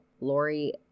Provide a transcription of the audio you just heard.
Lori